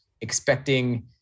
expecting